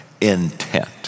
intent